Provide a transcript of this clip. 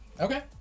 Okay